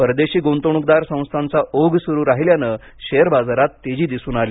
परदेशी गुंतवणूकदार संस्थांचा ओघ सुरू राहिल्याने शेअर बाजारात तेजी दिसून आली